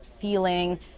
feeling